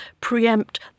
preempt